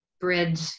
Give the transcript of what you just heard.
bridge